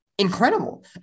Incredible